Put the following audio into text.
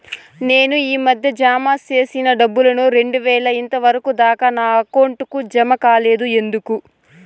నేను ఈ మధ్య జామ సేసిన డబ్బులు రెండు వేలు ఇంతవరకు దాకా నా అకౌంట్ కు జామ కాలేదు ఎందుకు?